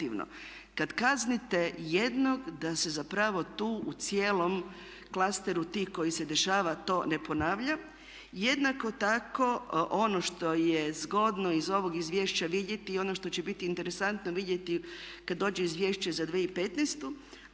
Kad kaznite jednog da se zapravo tu u cijelom klasteru tih koji se dešava to ne ponavlja. Jednako tako ono što je zgodno iz ovog izvješća vidjeti i ono što će biti interesantno vidjeti kad dođe izvješće za 2015.a